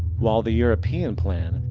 while the european plan.